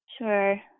Sure